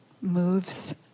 moves